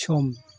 सम